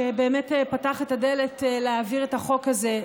שבאמת פתח את הדלת להעביר את החוק הזה,